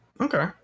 Okay